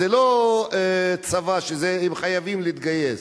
זה לא צבא, שהם חייבים להתגייס,